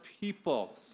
people